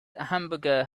hamburger